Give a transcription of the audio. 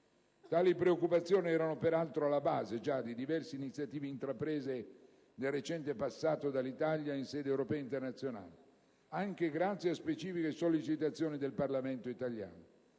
Tali preoccupazioni erano, peraltro, alla base di diverse iniziative intraprese nel recente passato dall'Italia in sede europea ed internazionale, anche grazie a specifiche sollecitazioni del Parlamento italiano.